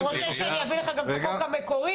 בכל מקום,